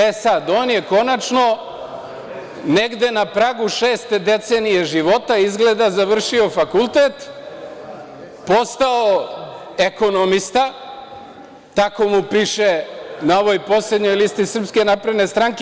E, sada, on je konačno negde na pragu šeste decenije života izgleda završio fakultet, postao ekonomista, tako mu piše na ovoj poslednjoj listi SNS.